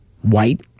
white